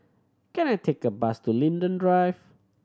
can I take a bus to Linden Drive